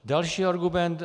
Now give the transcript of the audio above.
Další argument.